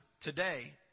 today